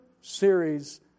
series